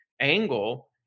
angle